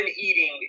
eating